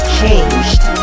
changed